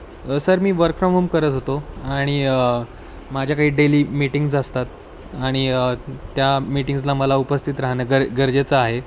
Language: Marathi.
सर मी वर्क फ्रॉम होम करत होतो आणि माझ्या काही डेली मीटिंग्स असतात आणि त्या मीटिंग्सला मला उपस्थित राहणं गर गरजेचं आहे